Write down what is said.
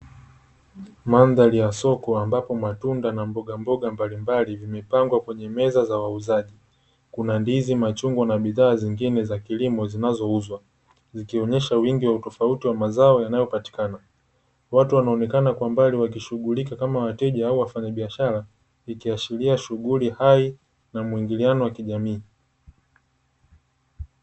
Mandhari ya soko, ambapo matunda na mbogamboga mbalimbali zimepangwa kwenye meza za wauzaji, kuna ndizi, machungwa na bidhaa zingine za kilimo zinazouzwa, zikionesha wingi wa utofauti wa mazao yanayopatikana. Watu wanaonekana kwa mbali wakishugulika, kama wateja au wafanyabiashara, ikiashiria shughuli hai na muingiliano wa kijamii.